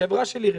החברה שלי רשומה.